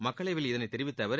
மக்களவையில் இதனைத் தெரிவித்த அவர்